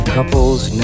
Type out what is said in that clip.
Couples